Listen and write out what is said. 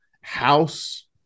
house